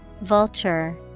Vulture